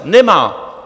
Nemá.